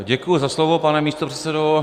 Děkuji za slovo, pane místopředsedo.